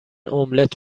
املت